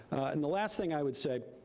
and the last thing i would say,